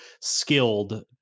skilled